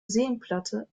seenplatte